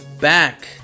back